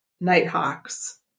nighthawks